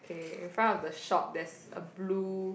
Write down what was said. okay in front of the shop there's a blue